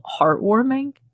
heartwarming